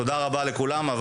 תודה רבה לכולם הוועדה מסתיימת.